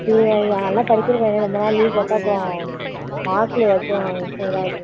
நல்லா படிக்கிற பையன் ரொம்ப நாள் லீவ் போட்டால் அப்புறம் மார்க் இந்த வருஷம் இதாகிடும்